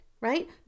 right